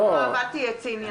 יואב, אל תהיה ציני.